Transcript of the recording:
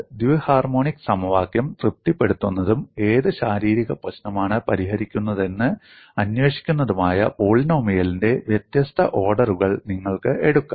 ദ്വി harmonic സമവാക്യം തൃപ്തിപ്പെടുത്തുന്നതും ഏത് ശാരീരിക പ്രശ്നമാണ് പരിഹരിക്കുന്നതെന്ന് അന്വേഷിക്കുന്നതുമായ പോളിനോമിയലിന്റെ വ്യത്യസ്ത ഓർഡറുകൾ നിങ്ങൾക്ക് എടുക്കാം